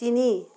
তিনি